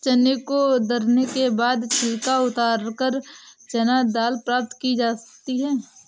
चने को दरने के बाद छिलका उतारकर चना दाल प्राप्त की जाती है